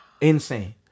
Insane